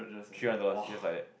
three hundred dollars just like that